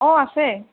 অ' আছে